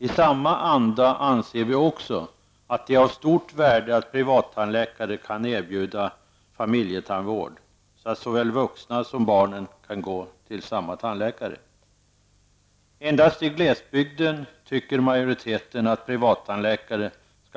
I samma anda anser vi också att det är av stort värde att privattandläkare kan erbjuda familjetandvård, så att såväl vuxna som barn kan gå till samma tandläkare. Endast i glesbygden skall enligt majoritetens mening privattandläkare